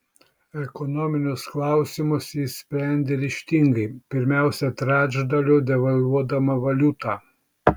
ekonominius klausimus ji sprendė ryžtingai pirmiausia trečdaliu devalvuodama valiutą